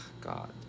God